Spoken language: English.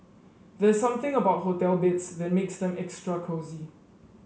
there's something about hotel beds that makes them extra cosy